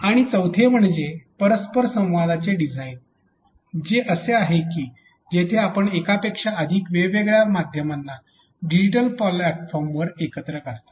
आणि चौथे म्हणजे परस्पर संवादाचे डिझाइन जे असे आहे की जेथे आपण एकापेक्षा अधिक वेगवेगळ्या माध्यमांना डिजिटल प्लॅटफॉर्मवर एकत्रित करता